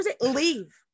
leave